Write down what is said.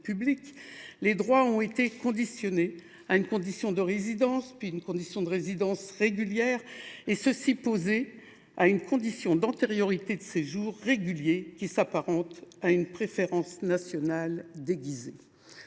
les droits ont été soumis à une condition de résidence, puis à une condition de résidence régulière et enfin à une condition d’antériorité de séjour régulier, qui s’apparente à une préférence nationale déguisée.